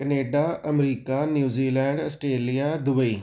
Canada America New Zealand Australia Dubai